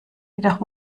jedoch